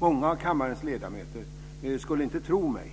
Många av kammarens ledamöter skulle inte tro mig,